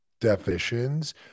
definitions